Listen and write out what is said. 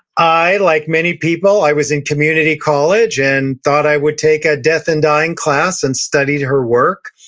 i, like many people, i was in community college, and thought i would take a death and dying class, and studied her work.